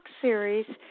Series